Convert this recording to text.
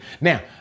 Now